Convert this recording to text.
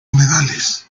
humedales